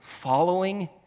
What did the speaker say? Following